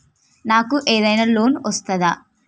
నాకు ఏదైనా లోన్ వస్తదా?